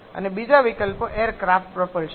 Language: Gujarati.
અને બીજા વિકલ્પો એરક્રાફ્ટ પ્રપલ્શન